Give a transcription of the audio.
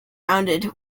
rounded